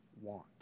want